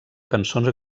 cançons